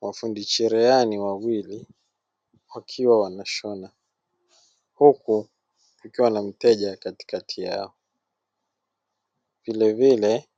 Mafundi cherehani wawili wakiwa wanashona, huku kukiwa na mteja katikati yao. Vilevile